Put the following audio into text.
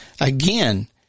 again